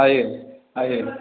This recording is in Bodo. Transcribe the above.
हायो हायो